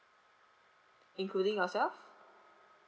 including yourself